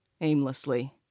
aimlessly